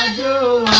go